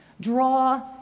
draw